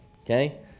Okay